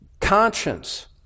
conscience